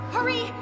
Hurry